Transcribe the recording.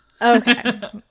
Okay